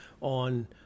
on